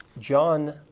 John